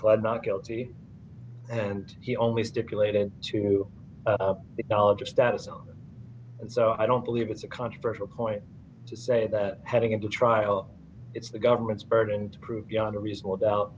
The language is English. pled not guilty and he only stipulated to the knowledge of status known and so i don't believe it's a controversial point to say that heading into trial it's the government's burden to prove beyond a reasonable doubt